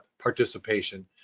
participation